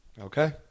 Okay